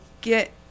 get